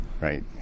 right